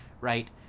right